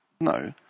no